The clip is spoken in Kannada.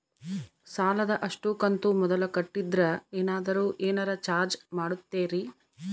ಸಾಲದ ಅಷ್ಟು ಕಂತು ಮೊದಲ ಕಟ್ಟಿದ್ರ ಏನಾದರೂ ಏನರ ಚಾರ್ಜ್ ಮಾಡುತ್ತೇರಿ?